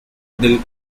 del